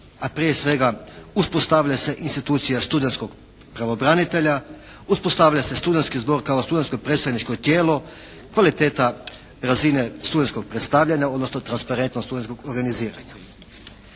A prije svega uspostavlja se institucija studentskog pravobranitelja, uspostavlja se studentski zbog kao studentsko predstavničko tijelo, kvaliteta razine studentskog predstavljanja odnosno transparentnost studentskog organiziranja.